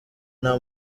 nta